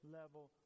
level